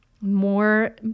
more